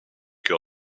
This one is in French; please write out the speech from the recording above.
que